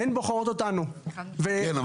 כן,